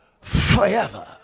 forever